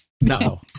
No